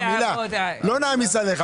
לא נעמיס עליך.